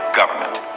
government